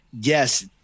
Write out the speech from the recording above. Yes